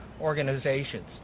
organizations